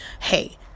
hey